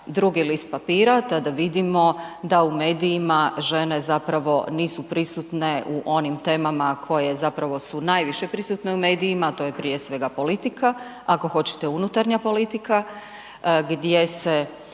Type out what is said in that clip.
drugi lista papira tada vidimo da u medijima žene zapravo nisu prisutne u onim temama koje zapravo su najviše prisutne u medijima a to je prije svega politika, ako hoćete unutarnja politika gdje se